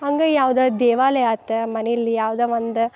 ಹಂಗೆ ಯಾವುದು ದೇವಾಲಯ ಆತು ಮನೆಯಲ್ಲಿ ಯಾವುದೋ ಒಂದ್